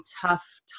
tough